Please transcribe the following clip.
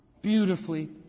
Beautifully